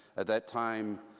at that time,